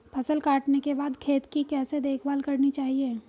फसल काटने के बाद खेत की कैसे देखभाल करनी चाहिए?